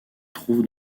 trouve